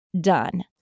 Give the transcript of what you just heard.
done